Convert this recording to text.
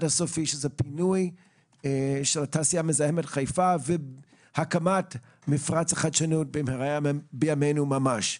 הסופי שהוא פינוי התעשייה המזהמת מחיפה והקמת מפרץ החדשנות בימינו ממש.